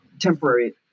temporary